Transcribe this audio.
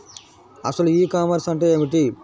అసలు e commerce అంటే ఏమిటి?